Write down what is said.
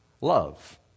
Love